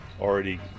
already